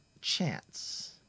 chance